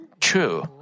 true